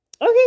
okay